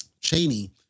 Cheney